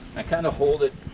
i kind of hold it